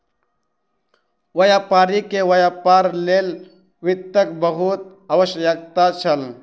व्यापारी के व्यापार लेल वित्तक बहुत आवश्यकता छल